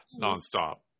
non-stop